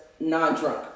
non-drunk